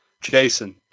Jason